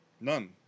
None